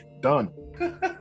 done